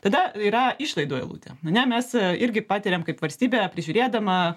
tada yra išlaidų eilutė ane mes irgi patiriam kaip valstybė prižiūrėdama